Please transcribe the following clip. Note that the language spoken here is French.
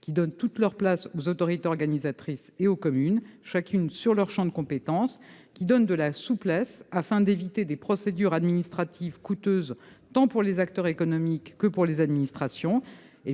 qui donne toutes leurs places aux autorités organisatrices comme aux communes, chacune dans leur champ de compétence, qui offre de la souplesse, de manière à éviter des procédures administratives coûteuses tant pour les acteurs économiques que pour les administrations,